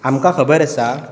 आमकां खबर आसा